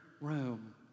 room